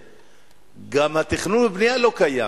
גם התכנון והבנייה לא קיימים.